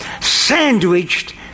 sandwiched